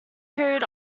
period